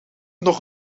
nog